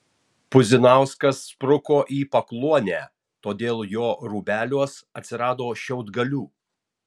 puzinauskas spruko į pakluonę todėl jo rūbeliuos atsirado šiaudgalių